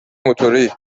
موتوری